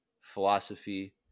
philosophy